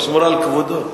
לשמור על כבודו.